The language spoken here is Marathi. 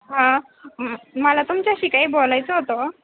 हा मला तुमच्याशी काही बोलायचं होतं